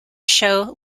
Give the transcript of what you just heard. show